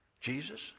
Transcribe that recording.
Jesus